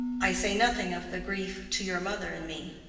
i say nothing of the grief to your mother and me.